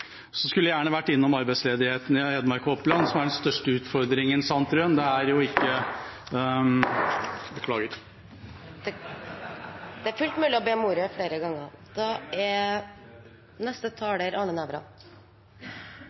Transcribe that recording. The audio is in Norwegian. Så skulle jeg gjerne vært innom arbeidsledigheten i Hedmark og Oppland, som er den største utfordringen – dette til representanten Sandtrøen. Det er ikke – beklager. Det er fullt mulig å be om ordet flere ganger. Da